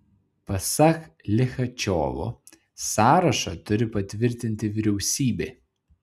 pasak lichačiovo sąrašą turi patvirtinti vyriausybė